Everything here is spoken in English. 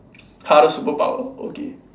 hardest superpower okay